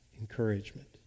encouragement